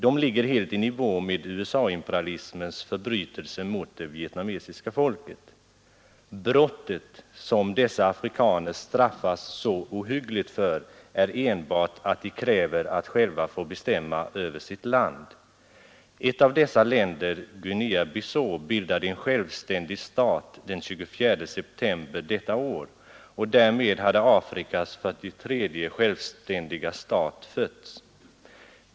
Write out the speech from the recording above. De ligger helt i nivå med USA-imperialismens förbrytelser mot det vietnamesiska folket. ”Brottet” som dessa afrikaner straffas så ohyggligt för är enbart att de kräver att själva få bestämma över sitt land. Ett av dessa länder, Guinea-Bissau, bildade en självständig stat den 24 september detta år och därmed hade Afrikas 43:e självständiga stat fötts.